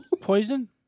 Poison